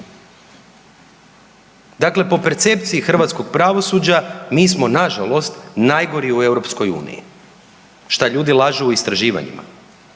Dakle po percepciji hrvatskog pravosuđa mi smo nažalost, najgori u EU. Šta ljudi lažu u istraživanjima?